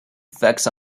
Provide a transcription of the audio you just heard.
effects